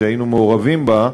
שהיינו מעורבים בה,